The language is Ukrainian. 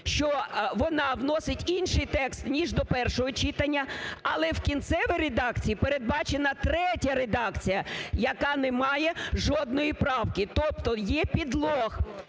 що вона вносить інший текст ніж до першого читання. Але в кінцевій редакції передбачена третя редакція, яка не має жодної правки. Тобто є підлог